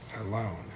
alone